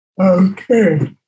Okay